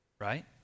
right